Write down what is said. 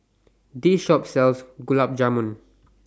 This Shop sells Gulab Jamun